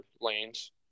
lanes